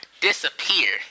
disappear